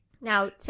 Now